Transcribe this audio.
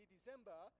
December